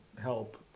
help